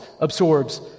absorbs